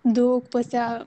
daug pas ją